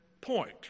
point